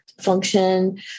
function